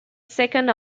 second